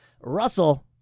Russell